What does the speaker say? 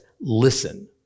listen